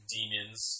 Demons